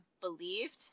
believed